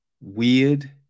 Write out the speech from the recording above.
weird